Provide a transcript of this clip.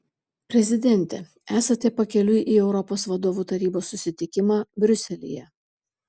prezidente esate pakeliui į europos vadovų tarybos susitikimą briuselyje